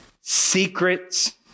secrets